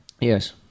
yes